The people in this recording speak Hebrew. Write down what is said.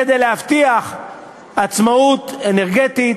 כדי להבטיח עצמאות אנרגטית,